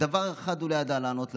ודבר אחד הוא לא ידע לענות לנו,